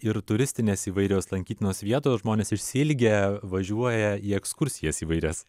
ir turistinės įvairios lankytinos vietos žmonės išsiilgę važiuoja į ekskursijas įvairias